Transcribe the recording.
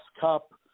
cup